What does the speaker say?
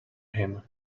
him